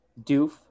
Doof